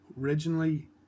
originally